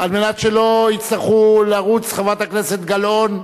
על מנת שלא יצטרכו לרוץ, חברת הכנסת גלאון.